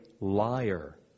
liar